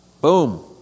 Boom